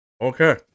Okay